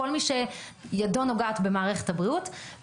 כל מי שידו נוגעת במערכת הבריאות.